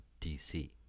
DC